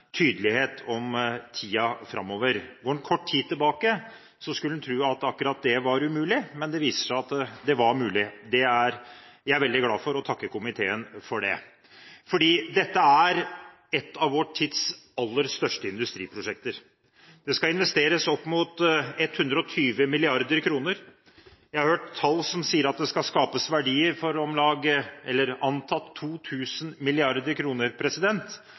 tydelighet om tiden framover. Går en kort tid tilbake, skulle en tro at akkurat det var umulig, men det viser seg at det var mulig. Jeg er veldig glad for og takker komiteen for det. Dette er et av vår tids aller største industriprosjekter. Det skal investeres opp mot 120 mrd. kr. Jeg har hørt tall som sier at det skal skapes verdier for antatt 2 000 mrd. kr. Tidshorisonten vi snakker om,